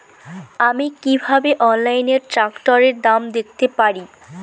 আমি কিভাবে অনলাইনে ট্রাক্টরের দাম দেখতে পারি?